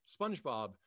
spongebob